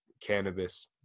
cannabis